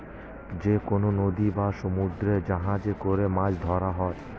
যেকনো নদী বা সমুদ্রে জাহাজে করে মাছ ধরা হয়